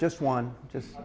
just one just